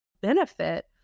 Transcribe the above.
benefit